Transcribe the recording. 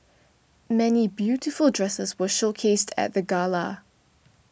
many beautiful dresses were showcased at the gala